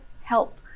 help